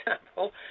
example